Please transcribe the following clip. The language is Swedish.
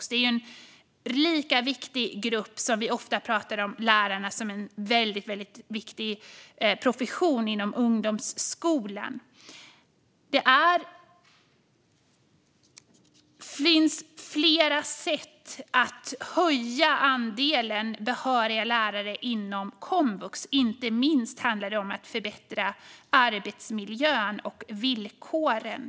Det är en lika viktig grupp som den grupp vi ofta talar om då vi säger att lärare är en väldigt viktig profession inom ungdomsskolan. Det finns flera sätt att höja andelen behöriga lärare inom komvux. Det handlar inte minst om att förbättra arbetsmiljön och villkoren.